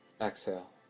exhale